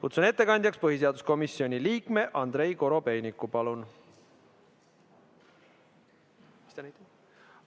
Kutsun ettekandjaks põhiseaduskomisjoni liikme Andrei Korobeiniku. Palun!